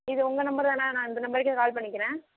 இது உங்கள் நம்பர் தான நான் இந்த நம்பருக்கே கால் பண்ணிக்கிறேன்